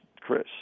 Chris